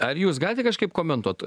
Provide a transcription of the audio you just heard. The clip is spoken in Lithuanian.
ar jūs galite kažkaip komentuot